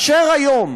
היום